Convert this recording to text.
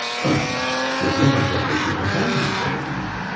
but, good lord, what would you have had her say, then?